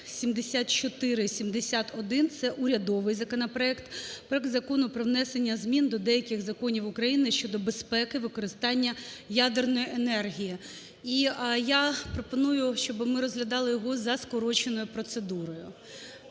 7471 – це урядовий законопроект. Проект Закону про внесення змін до деяких законів України щодо безпеки використання ядерної енергії. І я пропоную, щоби ми розглядали його за скороченою процедурою.